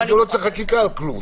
גם לא צריך חקיקה על כלום,